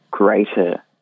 greater